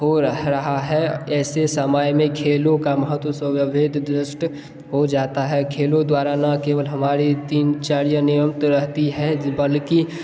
हो रहा है ऐसे समय में खेलों का महत्व हो जाता है खेलों द्वारा ना केवल हमारी दिनचर्या नियमित रहती है बल्कि